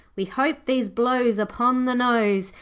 we hope these blows upon the nose,